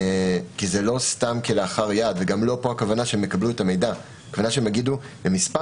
כי זה לא סתם כלאחר יד וגם לא הכוונה שיקבלו את המידע אלא שיגידו למספר